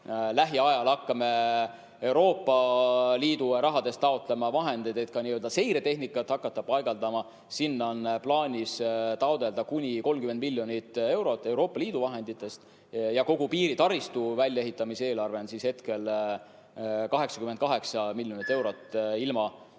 Lähiajal hakkame Euroopa Liidu rahast taotlema vahendeid, et ka n-ö seiretehnikat hakata paigaldama. Sinna on plaanis taotleda kuni 30 miljonit eurot Euroopa Liidu vahenditest. Kogu piiritaristu väljaehitamise eelarve on 88 miljonit eurot ilma